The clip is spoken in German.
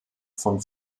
von